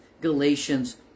Galatians